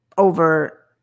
over